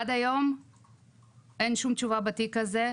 עד היום אין שום תשובה בתיק הזה,